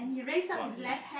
what he show